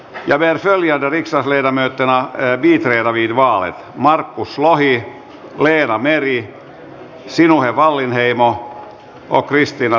ja veli sälli oli levennetty levitellä viivalle markus lohi leena meri sinuhe wallinheimo okristiina